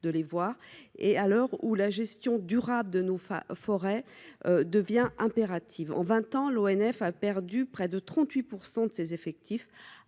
de les voir et à l'heure où la gestion durable de nos forêt devient impérative en 20 ans, l'ONF a perdu près de 38 % de ses effectifs,